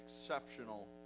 exceptional